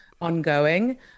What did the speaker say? Ongoing